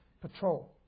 patrol